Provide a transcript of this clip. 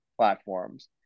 platforms